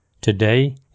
today